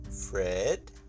Fred